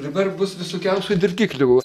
dabar bus visokiausių dirgiklių